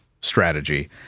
strategy